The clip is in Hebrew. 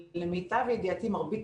למיטב ידיעתי מרבית